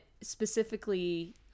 specifically